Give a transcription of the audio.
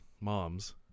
moms